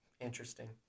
Interesting